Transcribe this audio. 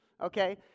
Okay